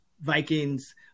Vikings